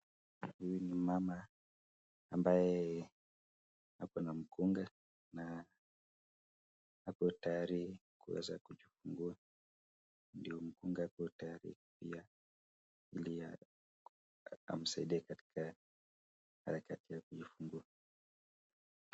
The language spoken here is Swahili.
Huyu ni mama ambaye ako na mkunga na ako tayari kuweza kujifungua ndio mkunga ako tayari pia ili amsaidie katika harakati ya kujifungua.